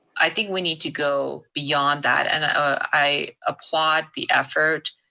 i think we need to go beyond that, and ah i applaud the effort.